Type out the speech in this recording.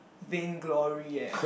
Vain Glory eh